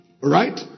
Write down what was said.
Right